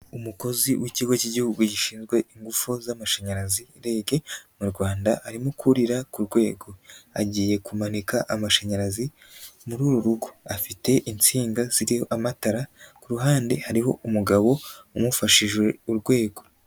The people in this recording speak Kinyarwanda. Umukozi w'ikigo cy'Igihugu gishinzwe ingufu z'amashanyarazi REG mu Rwanda arimo kurira ku rwego, agiye kumanika amashanyarazi muri uru rugo, afite insinga ziriho amatara, ku ruhande hariho umugabo wamufashije urwego.